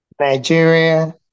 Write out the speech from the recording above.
Nigeria